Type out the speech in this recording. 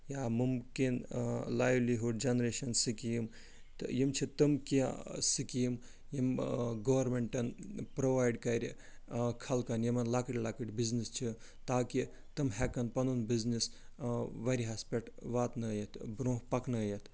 یا مُمکِن livelihood generation scheme تہٕ یِم چھِ تِم کیٚنٛہہ سِکیٖم یِم گورمٮ۪نٛٹن پرٛووایڈ کَرِ خلقن یِمن لۄکٕٹۍ لۄکٕٹۍ بِزنِس چھِ تاکہِ تِم ہٮ۪کن پنُن بِزنِس وارِہس پٮ۪ٹھ واتنٲیِتھ برٛونٛہہ پکنٲیِتھ